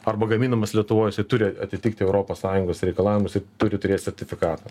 arba gaminamas lietuvoj jisai turi atitikti europos sąjungos reikalavimus ir turi turėt sertifikatą